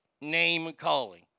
Name-calling